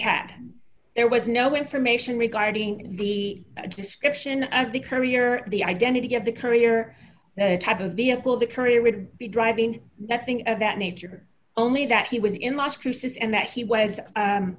had there was no information regarding the description of the courier the identity of the courier the type of vehicle the courier would be driving that's thing of that nature only that he was in las cruces and that he was